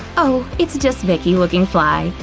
oh, it's just vicky looking fly.